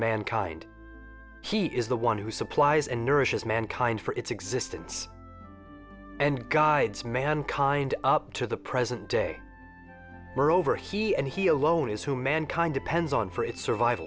mankind he is the one who supplies and nourishes mankind for its existence and guides mankind up to the present day over he and he alone is who mankind depends on for its survival